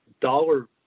dollar